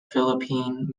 philippine